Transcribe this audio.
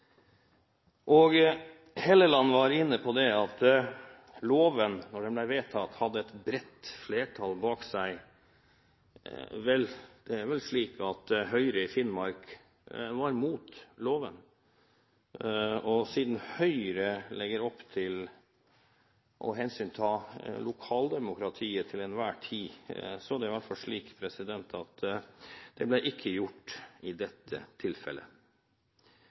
dag. Helleland var inne på at loven, da den ble vedtatt, hadde et bredt flertall bak seg. Vel, det er vel slik at Høyre i Finnmark var mot loven, og siden Høyre legger opp til å hensynta lokaldemokratiet til enhver tid, er det i hvert fall slik at det ikke ble gjort i dette tilfellet.